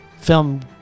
Film